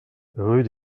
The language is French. rue